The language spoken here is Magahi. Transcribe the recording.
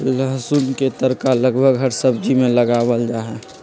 लहसुन के तड़का लगभग हर सब्जी में लगावल जाहई